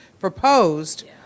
proposed